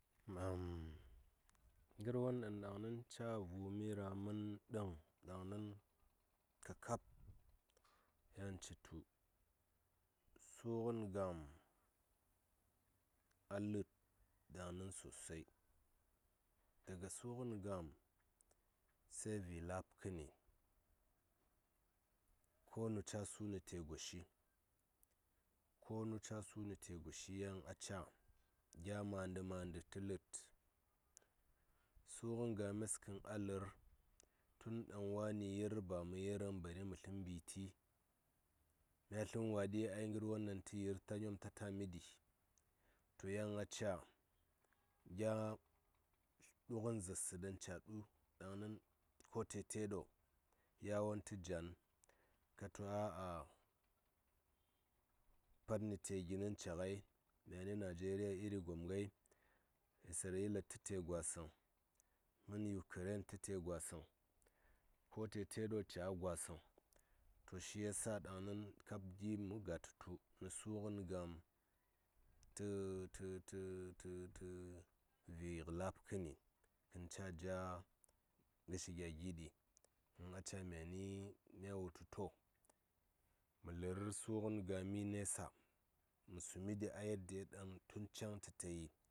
Ngər won ɗaŋnin ɗaŋ ca vumi rah mən ɗəŋ ɗaŋnin kakab yan citu su ngən gam a ləd ɗaŋnin sosai daga su ngən gam sai vi laabkəni konu caa suni ce goshi yan ngən a ca gya mandə mandə a ləd su ngən games ngən a lər tun ɗaŋ wani yir ba mə yirəŋ bare mə tləŋ mbiti mya su watti ai ngər won ɗaŋ tə yir ta nyom ta tamiɗi to yan a caa gya du ngən zaarsə ɗaŋ caa ɗu ɗaŋnin ko tete ɗo yawon tə jan ka tu a panni ce gin ca ngai myani najeriya iri gom ngai isarila tə ce gwa səŋ mən ukəren tə ce gwasəŋ ko ceceɗo caa gwasəŋ to shi ya sa kab gi mə gatə tu nə su ngən gam tə tə tə vi ngə labkəni in ca ja ngə shi gya gi ɗi in a ca myani mya wu tu to mə lər su ngən gami nesa mə sumi ɗi a tun can yaddiyo ɗaŋ tə ta yi.